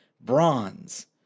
bronze